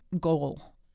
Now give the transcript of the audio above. goal